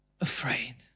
afraid